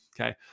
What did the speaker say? Okay